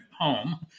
home